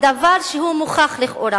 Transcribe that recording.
כדבר שהוא מוכח לכאורה,